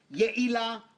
שלא לעשות כן.